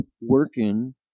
working